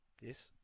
Yes